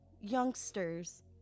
youngsters